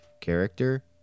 character